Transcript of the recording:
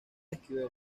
esquivel